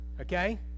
Okay